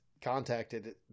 contacted